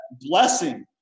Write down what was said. blessing